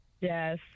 Yes